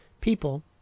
people